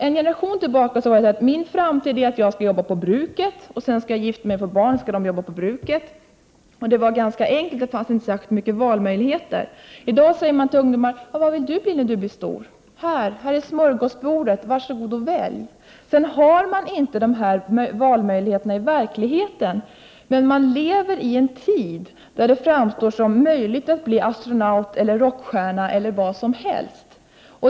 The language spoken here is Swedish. En generation tillbaka sade man: Min framtid är att jag skall jobba på bruket, och sedan skall jag gifta mig och få barn, som också skall jobba på bruket. Det var ganska enkelt, och det fanns inte särskilt många valmöjligheter. I dag får ungdomar frågan: Vad vill du bli när du blir stor? Här är smörgåsbordet! Varsågod och välj! I verkligheten har ungdomar inte valmöjligheter, men vi lever i en tid då det framstår som möjligt att bli astronaut, rockstjärna eller vad som helst.